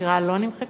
העתירה לא נמחקה.